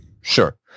Sure